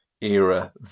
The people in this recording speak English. era